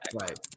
Right